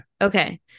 Okay